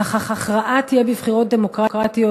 אך הכרעה תהיה בבחירות דמוקרטיות,